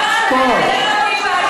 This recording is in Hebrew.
גם אנחנו כשדיברנו השר לא ישב והקשיב.